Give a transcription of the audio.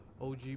OG